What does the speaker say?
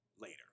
later